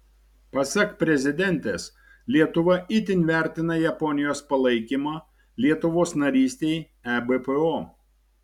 pasak prezidentės lietuva itin vertina japonijos palaikymą lietuvos narystei ebpo